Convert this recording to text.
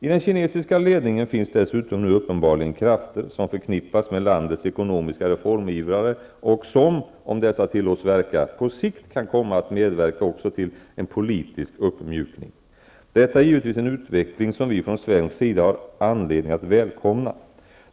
I den kinesiska ledningen finns dessutom nu uppenbarligen krafter som förknippas med landets ekonomiska reformivrare och som, om dessa 23 tillåts verka, på sikt kan komma att medverka också till en politisk ”uppmjukning”. Detta är givetvis en utveckling som vi från svensk sida har anledning att välkomna.